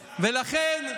ולכן,